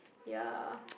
ya